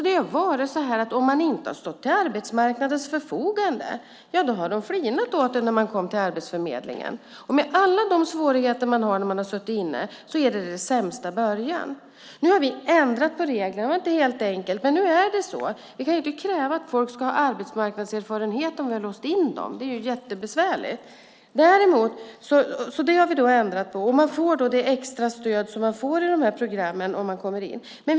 Det har varit så att om man inte har stått till arbetsmarknadens förfogande har de flinat åt en när man har kommit till Arbetsförmedlingen. Med alla de svårigheter man har när man har suttit inne är det den sämsta början. Nu har vi ändrat på reglerna. Det var inte helt enkelt, men nu är det så. Vi kan inte kräva att folk ska ha arbetsmarknadserfarenhet om vi har låst in dem - det är jättebesvärligt. Det har vi ändrat på, och man får då det extra stöd som man får i de här programmen om man kommer in.